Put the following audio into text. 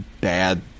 bad